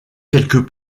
quelques